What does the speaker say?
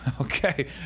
Okay